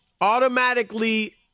automatically